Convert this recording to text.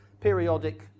Periodic